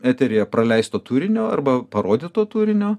eteryje praleisto turinio arba parodyto turinio